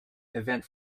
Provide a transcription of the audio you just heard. event